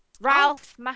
Ralph